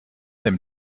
them